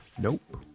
Nope